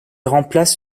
remplace